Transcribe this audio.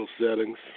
settings